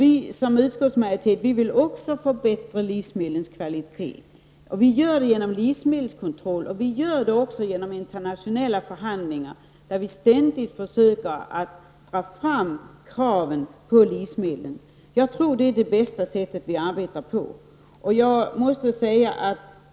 Vi i utskottsmajoriteten vill också förbättra livsmedlens kvalitet, och vi gör det genom livsmedelskontroll och genom internationella förhandlingar, där vi ständigt försöker föra fram krav på livsmedlen. Jag tror att det är bästa sättet att arbeta på.